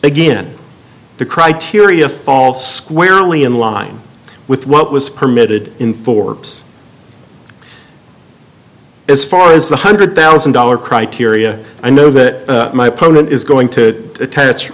again the criteria fall squarely in line with what was permitted in forbes as far as one hundred thousand dollar criteria i know that my opponent is going to attach